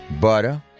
butter